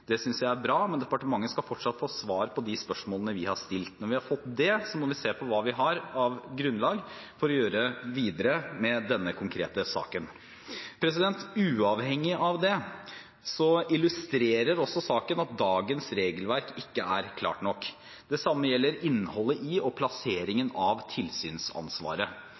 Det synes jeg er bra, men departementet skal fortsatt få svar på de spørsmålene vi har stilt. Når vi har fått det, må vi se på hva vi har grunnlag for å gjøre videre med denne konkrete saken. Uavhengig av det illustrerer også saken at dagens regelverk ikke er klart nok. Det samme gjelder innholdet i og plasseringen av tilsynsansvaret.